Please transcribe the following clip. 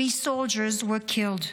three soldiers were killed,